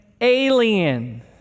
Alien